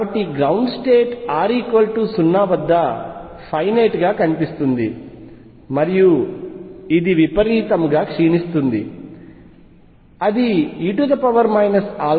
కాబట్టి ground state r 0 వద్ద finite గా కనిపిస్తుంది మరియు ఇది విపరీతంగా క్షీణిస్తుంది అది e αrY00